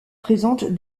présente